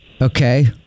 Okay